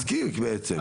זה עסקי בעצם.